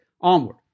Onward